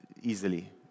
easily